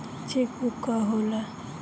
Check book का होला?